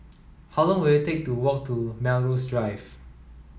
how long will it take to walk to Melrose Drive